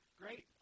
great